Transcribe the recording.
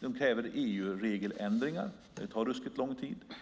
de kräver EU-regeländringar. Det tar ruskigt lång tid.